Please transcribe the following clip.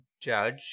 judge